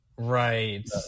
Right